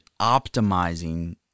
optimizing